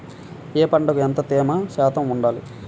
ఏ పంటకు ఎంత తేమ శాతం ఉండాలి?